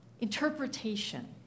Interpretation